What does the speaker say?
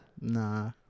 Nah